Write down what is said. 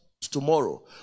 tomorrow